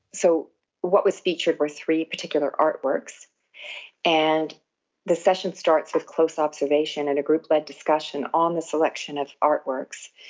so what was featured were three particular artworks and the session starts with close observation and a group-led discussion on the selection of artworks,